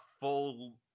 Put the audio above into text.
full